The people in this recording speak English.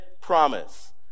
promise